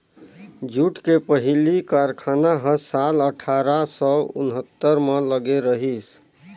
jute के पहिली कारखाना ह साल अठारा सौ उन्हत्तर म लगे रहिस